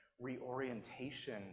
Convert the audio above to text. reorientation